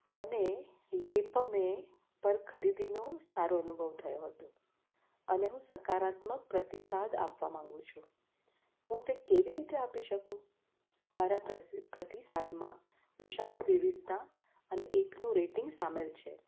મને યેપમે પર ખરીદીનો સારો અનુભવ થયો હતો અને હું સકારાત્મક પ્રતિસાદ આપવા માંગુ છું હું તે કેવી રીતે આપી શકું મારા પ્રતિસાદમાં વિશાળ વિવિધતા અને એકનું રેટિંગ સામેલ છે